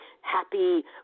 happy